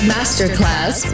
Masterclass